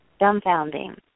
dumbfounding